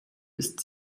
ist